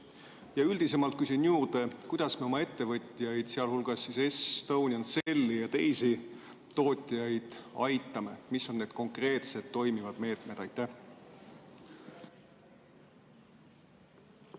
Ja üldisemalt küsin juurde, kuidas me oma ettevõtjaid, sealhulgas Estonian Celli ja teisi tootjaid aitame. Mis on need konkreetsed toimivad meetmed?